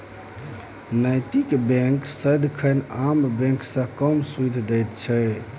नैतिक बैंक सदिखन आम बैंक सँ कम सुदि दैत छै